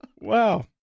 Wow